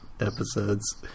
episodes